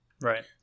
Right